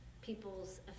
people's